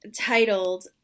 Titled